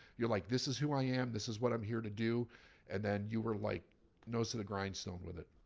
you're like this is who i am, this is what i'm here to do and then you were like nose to the grindstone with it?